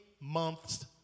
months